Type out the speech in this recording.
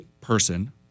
person